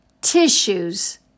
tissues